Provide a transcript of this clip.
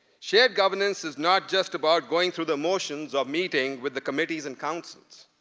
shared governance is not just about going through the motions of meeting with the committees and councils.